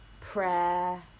prayer